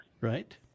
right